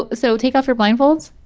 so take off your blindfolds.